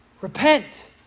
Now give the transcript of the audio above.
Repent